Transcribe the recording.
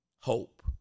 Hope